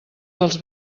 dels